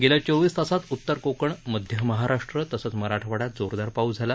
गेल्या चोवीस तासात उत्तर कोकण मध्य महाराष्ट्र तसंच मराठवाड्यात जोरदार पाऊस झाला